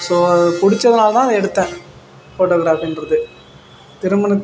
so அதை பிடிச்சதுனால தான் அதை எடுத்தேன் ஃபோட்டோகிராஃபிங்றது திருமணத்